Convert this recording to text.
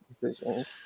decisions